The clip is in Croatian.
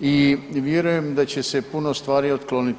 i vjerujem da će se puno stvari otkloniti.